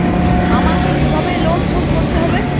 আমাকে কিভাবে লোন শোধ করতে হবে?